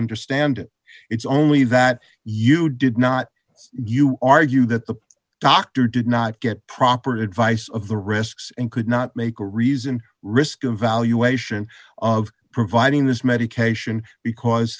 understand it it's only that you did not argue that the doctor did not get proper advice of the risks and could not make a reasoned risk of valuation of providing this medication because